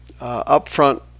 upfront